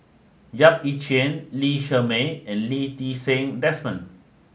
Yap Ee Chian Lee Shermay and Lee Ti Seng Desmond